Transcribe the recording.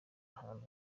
ahantu